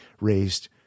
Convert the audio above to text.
raised